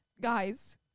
Guys